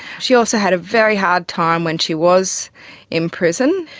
she also had a very hard time when she was in prison.